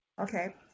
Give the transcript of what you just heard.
Okay